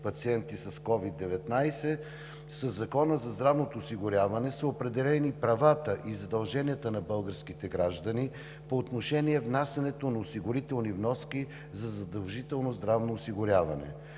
пациенти с COVID-19, със Закона за здравното осигуряване са определени правата и задълженията на българските граждани по отношение внасянето на осигурителни вноски за задължително здравно осигуряване.